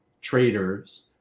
traders